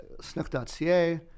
snook.ca